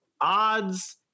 odds